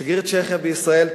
שגריר צ'כיה בישראל,